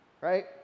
right